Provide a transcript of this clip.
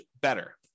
better